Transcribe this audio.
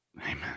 amen